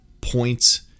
points